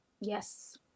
Yes